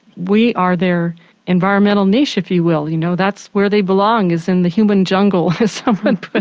we are their environmental niche if you will, you know that's where they belong is in the human jungle as someone put it.